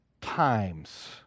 times